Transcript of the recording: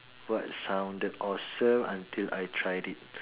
what sounded awesome until I tried it